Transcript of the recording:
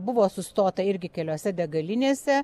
buvo sustota irgi keliose degalinėse